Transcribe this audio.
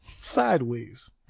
sideways